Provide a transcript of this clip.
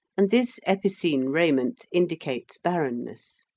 and this epicene raiment indicates barrenness.